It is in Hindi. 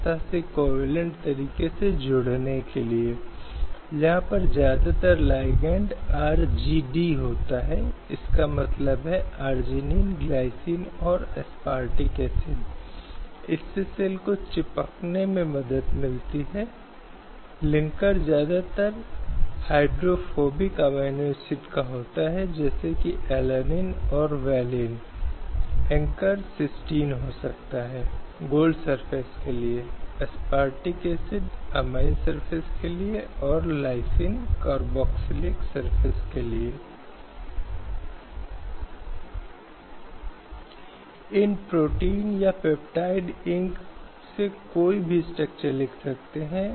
स्लाइड समय संदर्भ 1213 इसलिए जैसा कि हमने कहा कि अनुच्छेद 14 यह दर्शाता है कि नुकसान चरित्र या आवेदन में सामान्य होना चाहिए या समान कानून सभी व्यक्तियों पर लागू होना चाहिए यह उसके लिए खड़ा नहीं है लेकिन यह एक उचित वर्गीकरण के लिए अनुमति देता है जैसे कि उचित वर्गीकरण समझदार भिन्नता और प्राप्त करने के लिए मांगी गई वस्तु के लिए एक तर्कसंगत संबंध है हालांकि यह वर्गीकरण मनमाना कृत्रिम या प्रकृति में स्पष्ट नहीं हो सकता है